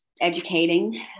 educating